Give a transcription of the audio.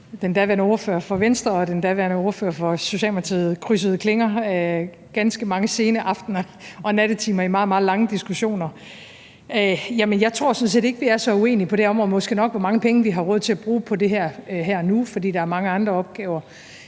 den daværende ordfører for Venstre og den daværende ordfører for Socialdemokratiet krydsede klinger ganske mange sene aftener og nattetimer i meget, meget lange diskussioner. Jeg tror sådan set ikke, vi er så uenige på det område – dog måske nok med hensyn til hvor mange penge vi har råd til at bruge på det her og nu, for der er mange andre opgaver.